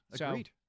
agreed